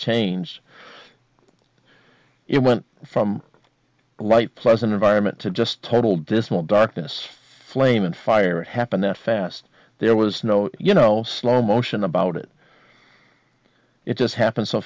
changed it went from light pleasant environment to just total dismal darkness flame and fire happened that fast there was no you know slow motion about it it just happened so